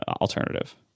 alternative